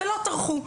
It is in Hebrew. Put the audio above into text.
ולא טרחו.